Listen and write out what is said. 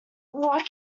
what